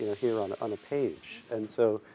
here on on a page, and so,